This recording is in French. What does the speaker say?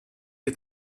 est